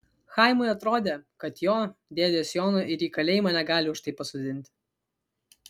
chaimui atrodė kad jo dėdės jono ir į kalėjimą negali už tai pasodinti